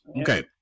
Okay